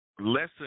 Lesson